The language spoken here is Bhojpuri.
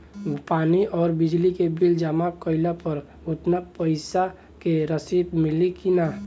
पानी आउरबिजली के बिल जमा कईला पर उतना पईसा के रसिद मिली की न?